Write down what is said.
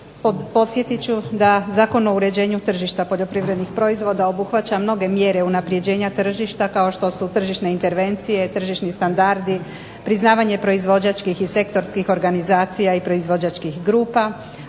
podsjetit ću da Zakon o uređenju tržišta poljoprivrednih proizvoda obuhvaća mnoge mjere unapređenja tržišta kao što su tržišne intervencije, tržišni standardi, priznavanje proizvođačkih i sektorskih organizacija i proizvođačkih grupa,